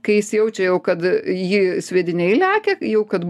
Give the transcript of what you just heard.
kai jis jaučia jau kad į jį sviediniai lekia jau kad